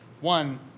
One